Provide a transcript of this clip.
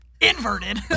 inverted